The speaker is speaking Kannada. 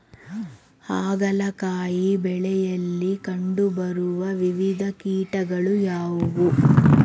ಹಾಗಲಕಾಯಿ ಬೆಳೆಯಲ್ಲಿ ಕಂಡು ಬರುವ ವಿವಿಧ ಕೀಟಗಳು ಯಾವುವು?